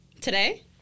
today